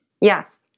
Yes